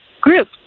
group